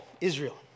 Israel